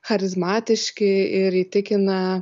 charizmatiški ir įtikina